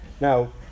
Now